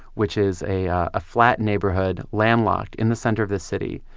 which is a ah ah flat neighborhood, landlocked in the center of the city.